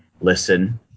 listen